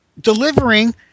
delivering